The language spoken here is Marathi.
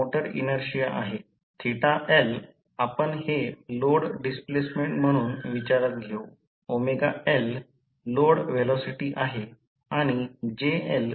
ओपन सर्किट चाचणी V1 230 volt K trans ratio 230 किंवा व्होल्टेज रेश्यो २ 150 २